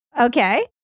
Okay